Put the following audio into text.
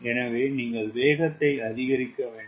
எனவே நீங்கள் வேகத்தை அதிகரிக்க வேண்டும்